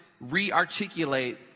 re-articulate